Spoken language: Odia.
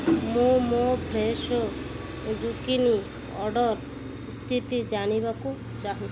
ମୁଁ ମୋ ଫ୍ରେଶୋ ଜୁକିନି ଅର୍ଡ଼ର୍ର ସ୍ଥିତି ଜାଣିବାକୁ ଚାହୁଁଛି